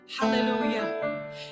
Hallelujah